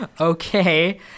Okay